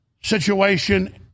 situation